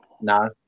no